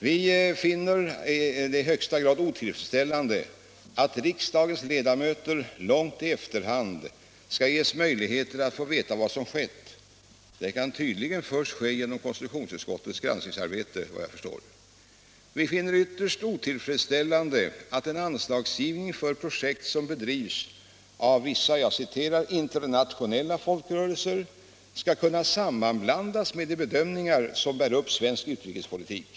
Vi socialdemokrater finner det i högsta grad otillfredsställande att riksdagens ledamöter långt i efterhand skall ges möjligheter att få veta vad som skett. Det kan tydligen först ske genom konstitutionsutskottets granskningsarbete, enligt vad jag förstår. Vi finner det ytterst otillfredsställande att en anslagsgivning för projekt som bedrivs av vissa internationella folkrörelser skall kunna samman blandas med de bedömningar som bär upp svensk utrikespolitik.